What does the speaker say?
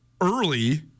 early